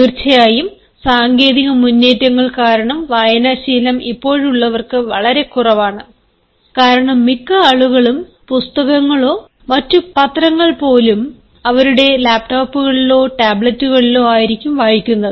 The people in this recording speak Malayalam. തീർച്ചയായും സാങ്കേതിക മുന്നേറ്റങ്ങൾ കാരണം വായന ശീലം ഇപ്പോഴുള്ളവർക്ക് വളരെ കുറവാണ് കാരണം മിക്ക ആളുകളും പുസ്തകങ്ങളോ മറ്റ് പത്രങ്ങൾ പോലും അവരുടെ ലാപ് ടോപ്പുകളിലോ ടാബ്ലെറ്റുകളിലോ അയിരിക്കും വായിക്കുന്നത്